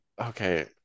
okay